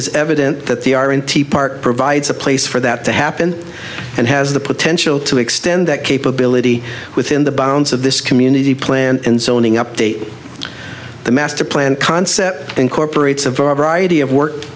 is evident that the r and t park provides a place for that to happen and has the potential to extend that capability within the bounds of this community plan and zoning update the master plan concept incorporates a variety of work